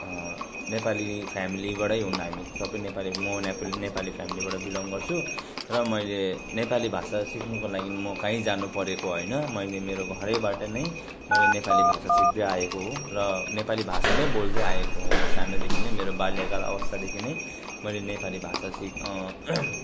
नेपाली फ्यामिलीबाटै हुन् हामी सबै नेपाली म नेपाली नेपाली फ्यामिलीबाट बिलङ्ग गर्छु र मैले नेपाली भाषा सिक्नुको लागि म काहीँ जानुपरेको होइन मैले मेरो घरैबाट नै मैले नेपाली भाषा सिक्दै आएको हो र नेपाली भाषा नै बोल्दै आएको हुँ म सानैदेखि नै मेरो बाल्यकाल अवस्थादेखि नै मैले नेपाली भाषा सिक